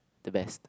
the best